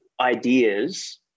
ideas